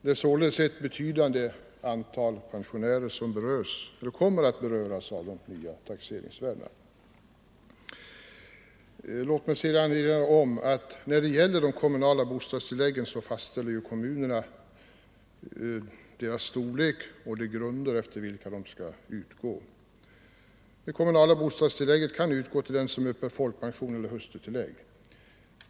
Det är således ett betydande antal pensionärer som kommer att beröras av de nya taxeringsvärdena. Låt mig sedan erinra om att kommunerna fastställer de kommunala bostadstilläggens storlek och de grunder efter vilka de skall utgå. Kommunalt bostadstillägg kan utgå till den som uppbär folkpension eller hustrutillägg.